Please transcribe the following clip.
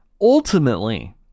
Ultimately